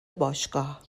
باشگاه